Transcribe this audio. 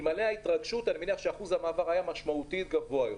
אלמלא ההתרגשות אחוז המעבר היה גבוה יותר.